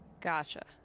Gotcha